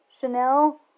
Chanel